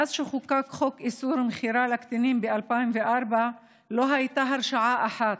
מאז שחוקק חוק איסור המכירה לקטינים ב-2004 לא הייתה הרשעה אחת.